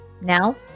now